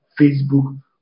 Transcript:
facebook